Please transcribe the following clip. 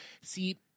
See